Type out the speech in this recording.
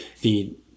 The-